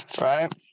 right